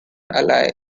ally